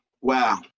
Wow